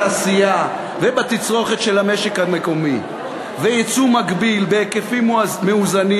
בתעשייה ובתצרוכת של המשק המקומי ויצוא מקביל בהיקפים מאוזנים